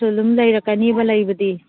ꯑꯗꯨ ꯑꯗꯨꯝ ꯂꯩꯔꯛꯀꯅꯤꯕ ꯂꯩꯕꯗꯤ